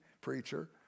preacher